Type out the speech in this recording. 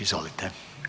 Izvolite.